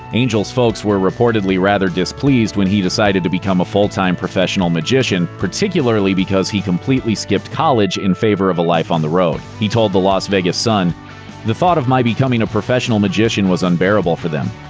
angel's folks were reportedly rather displeased when he decided to become a full-time professional magician, particularly because he completely skipped college in favor of a life on the road. he told the las vegas sun the thought of my becoming a professional magician was unbearable for them.